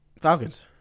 Falcons